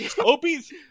Opie's